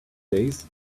days